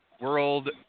world